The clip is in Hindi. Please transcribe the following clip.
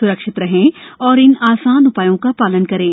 स्रक्षित रहें और इन आसान उपायों का शालन करें